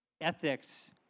ethics